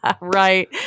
right